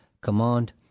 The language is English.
command